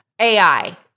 AI